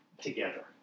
together